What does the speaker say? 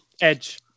Edge